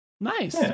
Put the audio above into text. Nice